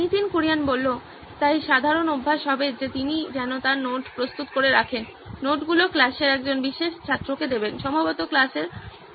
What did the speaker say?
নীতিন কুরিয়ান তাই সাধারণ অভ্যাস হবে যে তিনি যেন তার নোট প্রস্তুত করে রাখেন নোটগুলি ক্লাসের একজন বিশেষ ছাত্রকে দেবেন সম্ভবত ক্লাসের প্রিফেক্ট